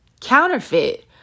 Counterfeit